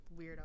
weirdo